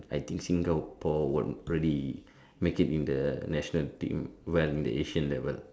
I think Singapore will really make it in the national team well in the Asian level